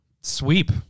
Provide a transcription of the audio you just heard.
Sweep